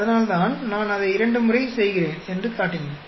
அதனால்தான் நான் அதை இரண்டு முறை செய்கிறேன் என்று காட்டினேன்